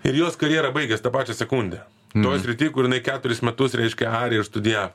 ir jos karjera baigės tą pačią sekundę toj srity kur jinai keturis metus reiškia arė ir studija